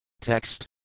Text